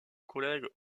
collègues